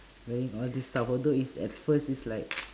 wearing all this d~ although is at first is like